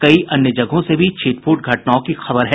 कई अन्य जगहों से भी छिटपुट घटनाओं की खबर है